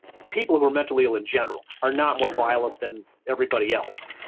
people who are mentally ill in general are not more violent than everybody else,